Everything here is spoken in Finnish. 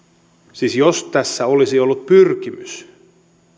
siis jos tässä olisi ollut pyrkimys